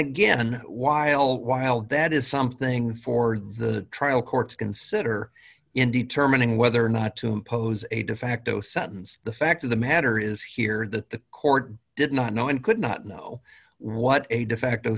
again while while that is something for the trial court to consider in determining whether or not to impose a de facto sentence the fact of the matter is here that the court did not know and could not know what a defact